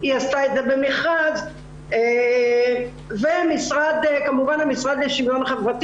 ושעשתה את זה במכרז; וכמובן המשרד לשוויון חברתי